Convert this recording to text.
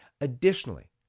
Additionally